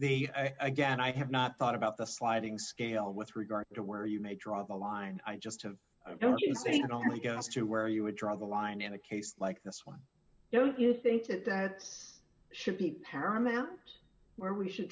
the again i have not thought about the sliding scale with regard to where you may draw the line i just have to say it only gets to where you would draw the line in a case like this one don't you think that this should be paramount where we should